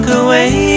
away